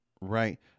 Right